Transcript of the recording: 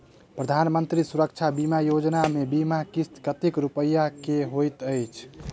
प्रधानमंत्री सुरक्षा बीमा योजना मे बीमा किस्त कतेक रूपया केँ होइत अछि?